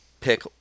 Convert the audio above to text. pick